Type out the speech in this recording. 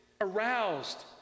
aroused